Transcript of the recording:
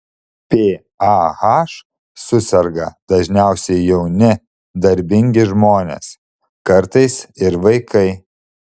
pah suserga dažniausiai jauni darbingi žmonės kartais ir vaikai